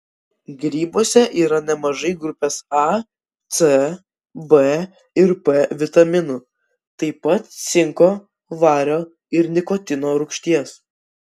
grybuose yra nemažai grupės a c b ir p vitaminų taip pat cinko vario ir nikotino rūgšties